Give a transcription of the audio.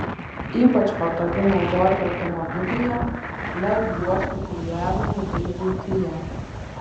ypač patogi naudoti automobilyje led juostų klijavimui bei buityje